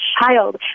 child